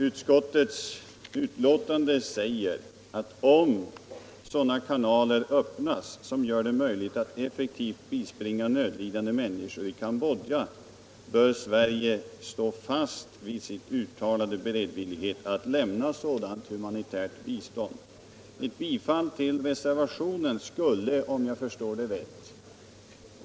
Utskottsmajoriteten säger i betänkandet att om sådana kanaler öppnas som gör det möjligt att effektivt bispringa nödlidande människor i Cambodja bör Sverige stå fast vid sin uttalade beredvillighet att lämna humanitärt bistånd. Ett bifall till reservationen skulle, om jag förstår det rätt.